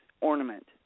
ornament